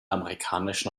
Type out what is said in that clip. amerikanischen